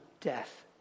death